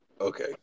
Okay